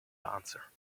answer